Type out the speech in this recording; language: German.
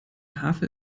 havel